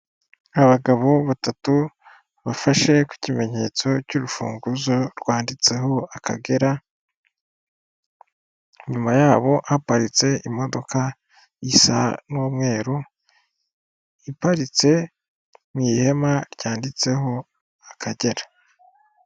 Abagabo batatu bafashe ku kimenyetso cy'urufunguzo rwanditseho akagera, inyuma yabo haparitse imodoka isa n'umweru, iparitse mu ihema ryanditseho akagera.